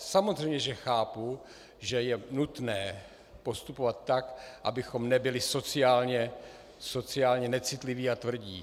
Samozřejmě že chápu, že je nutné postupovat tak, abychom nebyli sociálně necitliví a tvrdí.